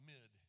Mid